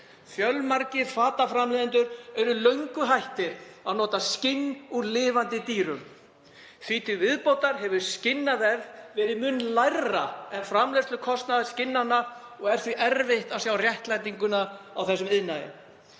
Fjölmargir fataframleiðendur eru löngu hættir að nota skinn af lifandi dýrum. Því til viðbótar hefur skinnaverð verið mun lægra en framleiðslukostnaður skinnanna og er því erfitt að sjá réttlætinguna á þessum iðnaði.